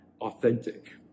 authentic